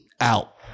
out